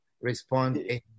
respond